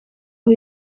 aho